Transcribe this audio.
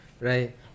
right